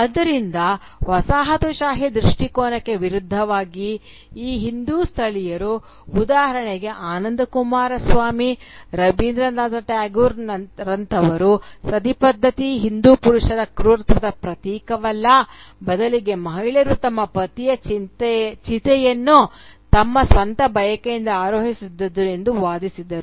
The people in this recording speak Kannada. ಆದ್ದರಿಂದ ವಸಾಹತುಶಾಹಿ ದೃಷ್ಟಿಕೋನಕ್ಕೆ ವಿರುದ್ಧವಾಗಿ ಈ ಹಿಂದೂ ಸ್ಥಳೀಯರು ಉದಾಹರಣೆಗೆ ಆನಂದ ಕುಮಾರಸ್ವಾಮಿ ರವೀಂದ್ರನಾಥ ಟ್ಯಾಗೋರ್ರಂತಹವರು ಸತಿ ಪದ್ಧತಿ ಹಿಂದೂ ಪುರುಷರ ಕ್ರೂರತ್ವದ ಪ್ರತೀಕವಲ್ಲ ಬದಲಿಗೆ ಮಹಿಳೆಯರು ತಮ್ಮ ಪತಿಯ ಚಿತೆಯನ್ನು ತಮ್ಮ ಸ್ವಂತ ಬಯಕೆಯಿಂದ ಆರೋಹಿಸುತಿದ್ದರು ಎಂದು ವಾದಿಸಿದರು